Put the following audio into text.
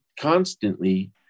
constantly